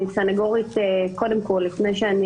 אני סניגורית קודם כל לפני שאני